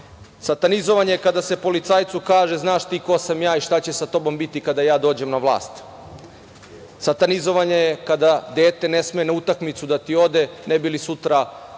Satanizovanje je kada se policajcu kaže – znaš ti ko sam ja i šta će sa tobom biti kada ja dođem na vlast. Satanizovanje je kada dete ne sme na utakmicu da ti ode, ne bili sutra osvanulo